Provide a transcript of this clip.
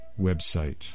website